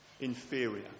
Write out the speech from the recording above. inferior